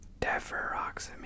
Deferoxamine